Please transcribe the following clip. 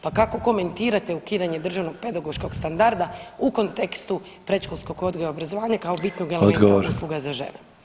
Pa kako komentirate ukidanje državnog pedagoškog standarda u kontekstu predškolskog odgoja i obrazovanja kao bitnog elementa usluga za žene.